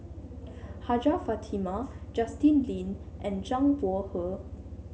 Hajjah Fatimah Justin Lean and Zhang Bohe